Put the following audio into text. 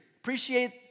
appreciate